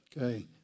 Okay